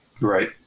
Right